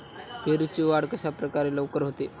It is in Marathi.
पेरूची वाढ कशाप्रकारे लवकर होते?